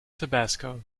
tabasco